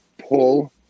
pull